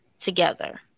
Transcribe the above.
together